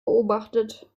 beobachtet